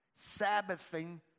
Sabbathing